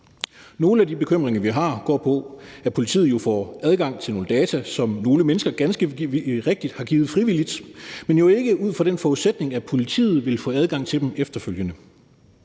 Nogle af de bekymringer, vi har, går på, at politiet får adgang til nogle data, som nogle mennesker ganske rigtigt har givet frivilligt, men jo ikke ud fra den forudsætning, at politiet vil få adgang til dem efterfølgende.